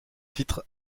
titre